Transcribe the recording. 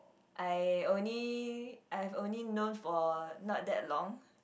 I only I've only know for not that long